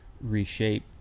reshape